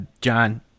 John